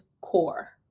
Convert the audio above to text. core